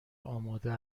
آماده